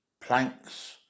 planks